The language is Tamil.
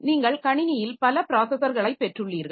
நீங்கள் கணினியில் பல ப்ராஸஸர்களைப் பெற்றுள்ளீர்கள்